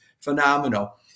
phenomenal